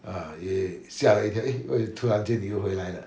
err 也吓了一跳 eh why yo~ 突然间你又回来